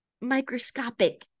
microscopic